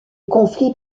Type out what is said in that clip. conflit